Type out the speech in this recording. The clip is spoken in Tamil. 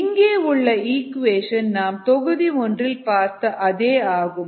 இங்கே உள்ள ஈக்குவேஷன் நாம் தொகுதி ஒன்றில் பார்த்த அதே ஆகும்